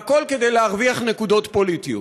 והכול כדי להרוויח נקודות פוליטיות.